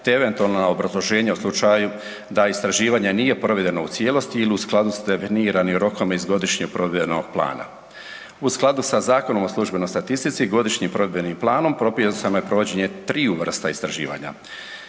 te eventualna obrazloženja da istraživanje nije provedeno u cijelosti ili u skladu s definiranim rokom iz godišnjeg provedbenog plana. U skladu sa Zakonom o službenoj statistici i godišnjim provedbenim planom propisano je provođenje triju vrsta istraživanja.